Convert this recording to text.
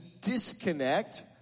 disconnect